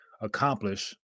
accomplish